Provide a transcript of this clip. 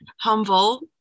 humble